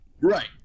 Right